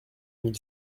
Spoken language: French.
mille